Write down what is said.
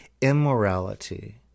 immorality